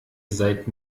seid